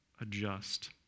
adjust